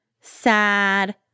sad